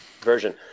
version